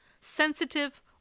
sensitive